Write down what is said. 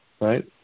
right